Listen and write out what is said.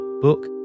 book